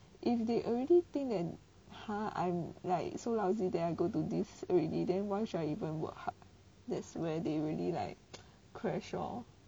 if they already think that !huh! I'm like so lousy then I go to this already then why should I even work hard that's where they really like crash lor